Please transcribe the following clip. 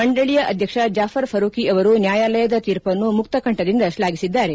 ಮಂಡಳಿಯ ಅಧ್ಯಕ್ಷ ಜಾಫರ್ ಫರೂಕಿ ಅವರು ನ್ಯಾಯಾಲಯದ ತೀರ್ಪನ್ನು ಮುಕ್ತ ಕಂಠದಿಂದ ಶ್ಲಾಘಿಸಿದ್ದಾರೆ